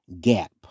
Gap